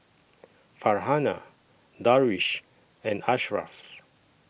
Farhanah Darwish and Ashraf